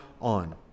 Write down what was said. on